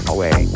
Away